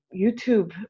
YouTube